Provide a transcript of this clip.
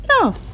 No